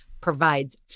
provides